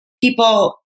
people